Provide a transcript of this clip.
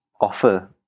offer